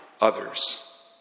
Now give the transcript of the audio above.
others